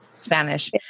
Spanish